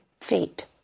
feet